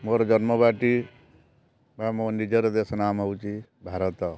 ମୋର ଜନ୍ମ ମାଟି ବା ମୋ ନିଜର ଦେଶ ନାମ ହେଉଛି ଭାରତ